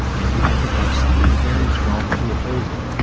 and you had to have something very strong to oppose it.